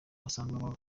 usanga